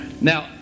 Now